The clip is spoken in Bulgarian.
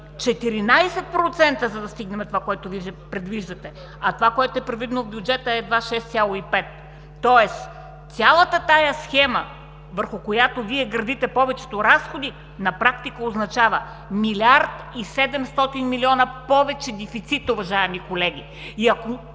14%, за да стигнем това, което предвиждате. А това, което е предвидено в бюджета, е едва 6,5%. Тоест цялата тази схема, върху която Вие градите повечето разходи, на практика означава милиард и седемстотин милиона повече дефицит, уважаеми колеги, и ако